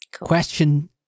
Question